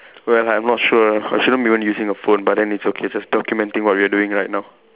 well I'm not sure I shouldn't even be using a phone but then it's okay just documenting what we are doing right now